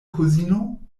kuzino